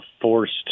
forced